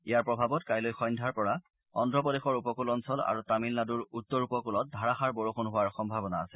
ইয়াৰ প্ৰভাৱত কাইলৈ সন্ধ্যাৰ পৰা অন্ধ্ৰপ্ৰদেশৰ উপকূল অঞ্চল আৰু তামিলনাডুৰ উত্তৰ উপকূলত ধাৰাযাৰ বৰষুণ হোৱাৰ সম্ভাৱনা আছে